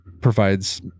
provides